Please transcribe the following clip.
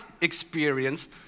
experienced